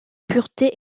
pureté